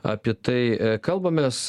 apie tai kalbamės